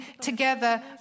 together